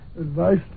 Advice